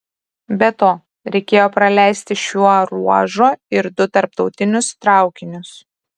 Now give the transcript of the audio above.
be to reikėjo praleisti šiuo ruožu ir du tarptautinius traukinius